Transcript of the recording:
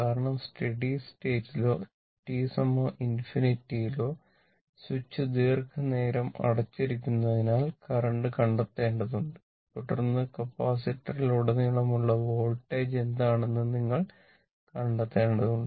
കാരണം സ്റ്റഡി സ്റ്റേറ്റിലോ t ∞ യിലോ സ്വിച്ച് ദീർഘനേരം അടച്ചിരിക്കുന്നതിനാൽ കറന്റ് കണ്ടെത്തേണ്ടതുണ്ട് തുടർന്ന് കപ്പാസിറ്ററിലുടനീളമുള്ള വോൾട്ടേജ് എന്താണെന്ന് നിങ്ങൾ കണ്ടെത്തേണ്ടതുണ്ട്